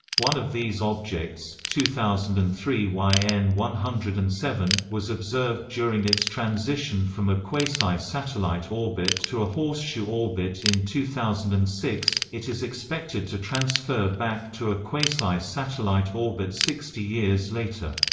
one of these objects, two thousand and three y n one zero and seven, was observed during its transition from a quasi-satellite orbit to a horseshoe orbit in two thousand and six it is expected to transfer back to a quasi-satellite orbit sixty years later.